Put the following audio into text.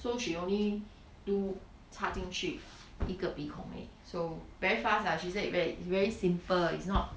so she only do 插进去一个鼻孔而已 so very fast ah she said ve~ very simple it's not